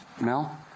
Mel